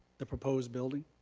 the proposed building?